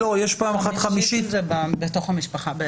חמישית זה בתוך המשפחה.